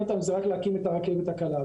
אותנו זה רק להקים את הרכבת הקלה.